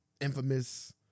infamous